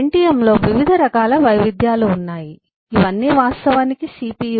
Pentium లో వివిధ రకాల వైవిధ్యాలు ఉన్నాయి ఇవన్నీ వాస్తవానికి సిపియు